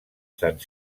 sant